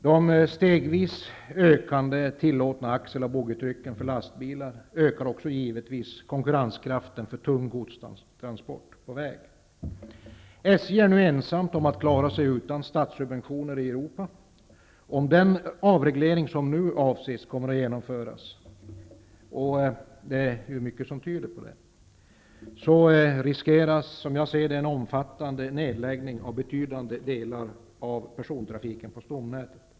De stegvis ökande tillåtna axel och boggitrycken för lastbilar ökar givetvis också konkurrenskraften för tung godstransport på väg. SJ är nu ensamt i Europa om att klara sig utan statssubventioner. Om den avreglering som man nu avser att genomföra blir verklighet, vilket mycket tyder på, riskeras, som jag ser det, en omfattande nedläggning av betydande delar av persontrafiken på stomnätet.